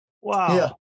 Wow